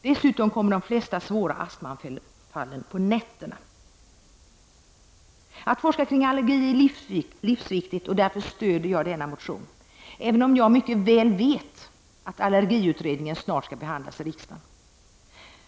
Dessutom kommer de flesta svåra astmaanfallen på nätterna. Att forska om allergi är livsviktigt och därför stöder jag denna motion, även om jag mycket väl vet att allergiutredningen snart skall behandlas i riksdagen.